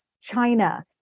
China